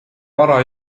vara